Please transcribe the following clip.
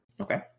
Okay